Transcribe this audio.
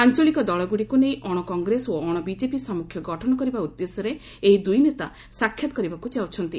ଆଞ୍ଚଳିକ ଦଳଗୁଡିକୁ ନେଇ ଅଶକଂଗ୍ରେସ ଓ ଅଶବିଜେପି ସାମ୍ମୁଖ୍ୟ ଗଠନ କରିବା ଉଦ୍ଦେଶ୍ୟରେ ଏହି ଦୂଇ ନେତା ସାକ୍ଷାତ କରିବାକୁ ଯାଉଛନ୍ତି